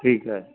ਠੀਕ ਹੈ